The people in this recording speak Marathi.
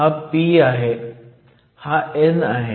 हा p आहे हा n आहे